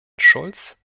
schulz